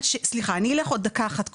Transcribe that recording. סליחה אני אלך עוד דקה אחת קודם.